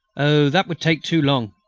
oh! that would take too long.